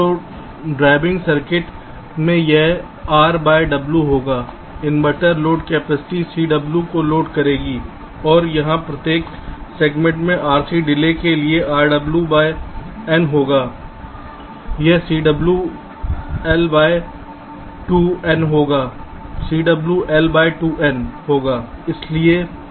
तो driving circuit में यह R बाय W होगा इनवर्टर लोड कैपेसिटी Cw को लोड करेगी और यहां प्रत्येक सेगमेंट के RC डिले के लिए यह Rw बाय N होगा यह Cw L by by 2 N होगा Cw L by by 2 N होगा